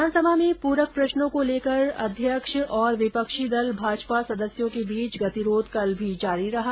विधानसभा में पूरक प्रश्नों को लेकर अध्यक्ष और विपक्षी दल भाजपा सदस्यों के बीच गतिरोध कल भी जारी रहा